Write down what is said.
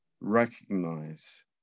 recognize